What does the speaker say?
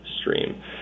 stream